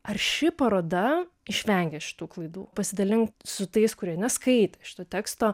ar ši paroda išvengia šitų klaidų pasidalink su tais kurie neskaitė šito teksto